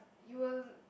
you will